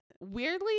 Weirdly